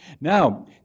Now